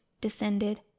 descended